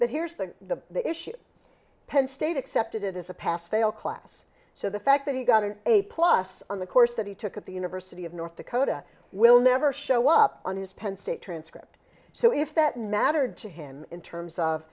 but here's the issue penn state accepted it as a pass fail class so the fact that he got an a plus on the course that he took at the university of north dakota will never show up on his penn state transcript so if that mattered to him in terms of